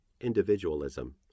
individualism